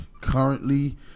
currently